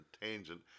tangent